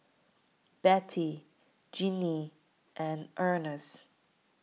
Bette Jinnie and Ernst